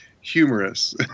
humorous